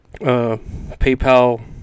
PayPal